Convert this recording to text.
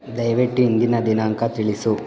ದಯ್ವಿಟ್ಟು ಇಂದಿನ ದಿನಾಂಕ ತಿಳಿಸು